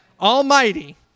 Almighty